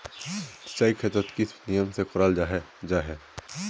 सिंचाई खेतोक किस नियम से कराल जाहा जाहा?